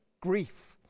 grief